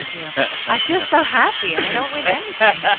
yeah i feel so happy. i don't win anything yeah